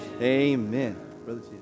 Amen